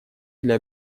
для